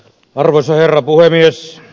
arvoisa herra puhemies